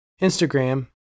Instagram